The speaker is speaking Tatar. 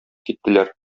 киттеләр